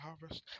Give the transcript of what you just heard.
harvest